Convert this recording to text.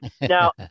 now